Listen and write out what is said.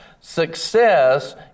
success